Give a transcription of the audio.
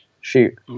shoot